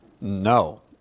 No